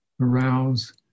arouse